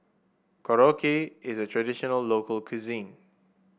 korokke is a traditional local cuisine